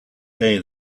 day